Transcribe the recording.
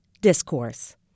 discourse